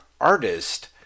artist